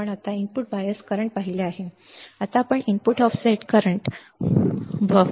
आता आपण input offset चालू इनपुट ऑफसेट चालू ठीक पाहू